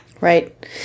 Right